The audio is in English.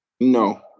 No